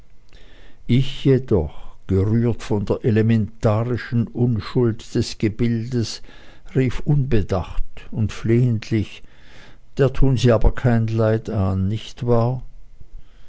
ich jedoch gerührt von der elementarischen unschuld des gebildes rief unbedacht und flehentlich der tun sie aber kein leid an nicht wahr